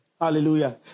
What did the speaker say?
Hallelujah